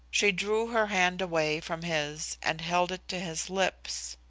she drew her hand away from his and held it to his lips.